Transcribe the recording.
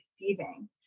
receiving